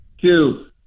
two